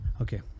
Okay